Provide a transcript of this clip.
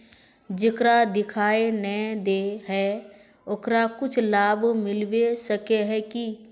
जेकरा दिखाय नय दे है ओकरा कुछ लाभ मिलबे सके है की?